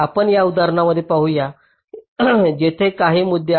आपण या उदाहरणाकडे पाहू या जेथे काही मुद्दे आहेत